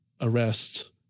arrest